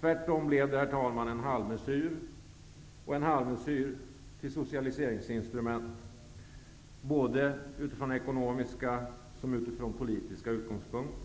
Tvärtom blev löntagarfonderna en halvmesyr som socialiseringsinstrument betraktat, såväl utifrån politiska som utifrån ekonomiska utgångspunkter.